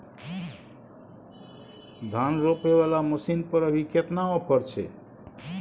धान रोपय वाला मसीन पर अभी केतना ऑफर छै?